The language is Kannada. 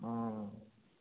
ಹ್ಞೂ